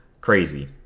crazy